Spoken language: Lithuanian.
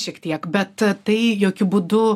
šiek tiek bet tai jokiu būdu